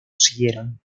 siguieron